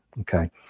Okay